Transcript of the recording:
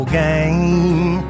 game